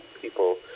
people